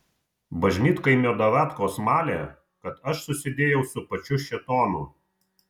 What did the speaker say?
bažnytkaimio davatkos malė kad aš susidėjau su pačiu šėtonu